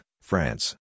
France